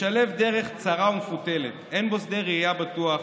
משלב דרך צרה ומפותלת, אין בו שדה ראייה בטוח,